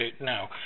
now